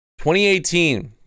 2018